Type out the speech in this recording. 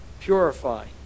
Purify